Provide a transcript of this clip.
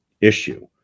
issue